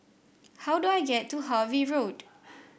how do I get to Harvey Road